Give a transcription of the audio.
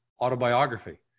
autobiography